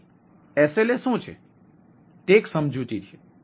તેથી SLA શું છે તે એક સમજૂતી છે